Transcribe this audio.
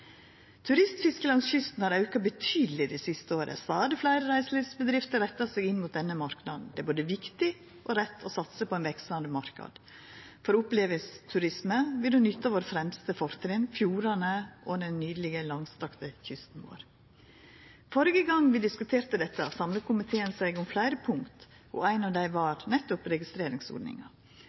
Turistfisket langs kysten har auka betydeleg det siste året. Stadig fleire reiselivsbedrifter rettar seg inn mot denne marknaden. Det er både viktig og rett å satsa på ein veksande marknad. For opplevingsturisme vil ein nytta våre fremste fortrinn: fjordane og den nydelege langstrakte kysten vår. Førre gong vi diskuterte dette, samla komiteen seg om fleire punkt, og eit av dei var nettopp registreringsordninga.